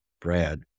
Brad